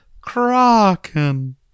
Kraken